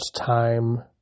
time